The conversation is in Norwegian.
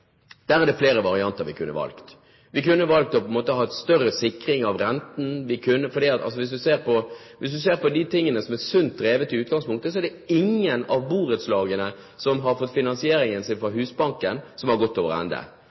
der. Der er det flere varianter vi kunne valgt. Vi kunne valgt å ha større sikring av renten. Hvis man ser på de borettslagene som er sunt drevet i utgangspunktet, er det ingen av dem som har fått finansieringen sin fra Husbanken, som har gått over ende.